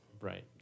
Right